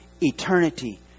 eternity